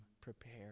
prepare